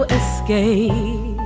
escape